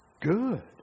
good